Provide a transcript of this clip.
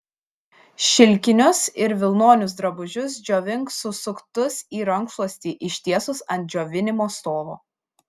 šilkinius ir vilnonius drabužius džiovink susuktus į rankšluostį ištiestus ant džiovinimo stovo